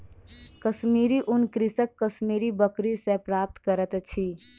कश्मीरी ऊन कृषक कश्मीरी बकरी सॅ प्राप्त करैत अछि